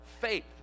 faith